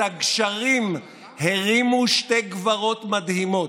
את הגשרים הרימו שתי גברות מדהימות,